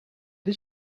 did